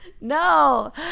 No